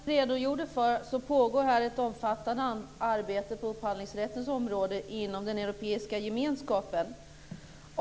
Fru talman! Som föregående talare här redogjorde för så pågår ett omfattande arbete på upphandlingsrättens område inom den europeiska gemenskapen.